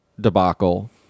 debacle